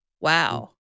Wow